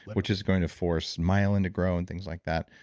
which is going to force myelin to grow and things like that.